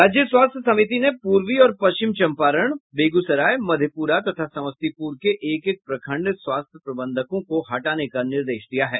राज्य स्वास्थ्य समिति ने पूर्वी और पश्चिम चंपारण बेगूसराय मधेप्रा तथा समस्तीपूर के एक एक प्रखंड स्वास्थ्य प्रबंधको को हटाने का निर्देश दिया है